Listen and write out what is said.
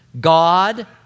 God